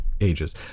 ages